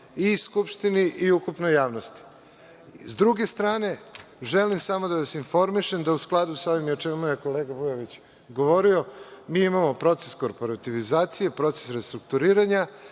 i Skupštini i ukupnoj javnosti.S druge strane, želim samo da vas informišem da u skladu sa ovim o čemu je i kolega Vujović govorio, mi imao proces korporitivizacije, proces restrukturiranja